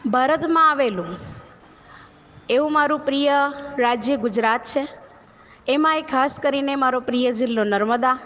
ભારતમાં આવેલું એવું મારું પ્રિય રાજ્ય ગુજરાત છે એમાંય ખાસ કરીને મારો પ્રિય જિલ્લો નર્મદા